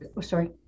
Sorry